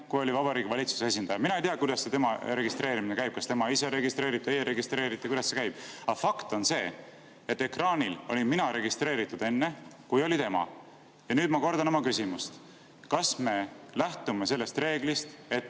kui Vabariigi Valitsuse esindaja. Mina ei tea, kuidas see tema registreerimine käib – kas tema ise registreerib, teie registreerite või kuidas see käib. Aga fakt on see, et ekraanil olin mina registreeritud enne, kui oli tema. Ja nüüd ma kordan oma küsimust: kas me lähtume sellest reeglist, et